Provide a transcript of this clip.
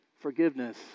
forgiveness